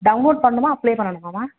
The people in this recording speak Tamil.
டவுன்லோட் பண்ணுமா அப்ளை பண்ணணுமாம்மா